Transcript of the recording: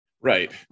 Right